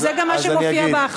וזה גם מה שמופיע בהחלטה.